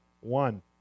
one